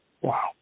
Wow